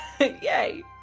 Yay